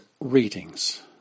readings